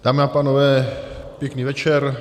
Dámy a pánové, pěkný večer.